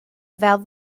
fel